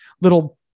little